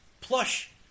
plush